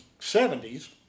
70s